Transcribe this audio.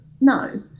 no